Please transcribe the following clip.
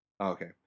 okay